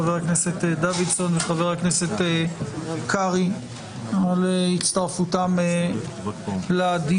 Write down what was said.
חבר הכנסת דוידסון וחבר הכנסת קרעי על הצטרפותם לדיון.